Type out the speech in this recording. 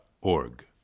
org